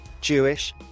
Jewish